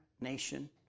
nation